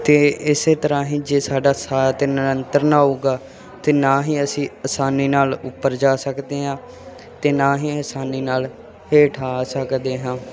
ਅਤੇ ਇਸ ਤਰ੍ਹਾਂ ਹੀ ਜੇ ਸਾਡਾ ਸਾਹ ਨਿਯੰਤਰਣ ਨਾ ਹੋਵੇਗਾ ਤਾਂ ਨਾ ਹੀ ਅਸੀਂ ਆਸਾਨੀ ਨਾਲ ਉੱਪਰ ਜਾ ਸਕਦੇ ਹਾਂ ਅਤੇ ਨਾ ਹੀ ਆਸਾਨੀ ਨਾਲ ਹੇਠਾਂ ਆ ਸਕਦੇ ਹਾਂ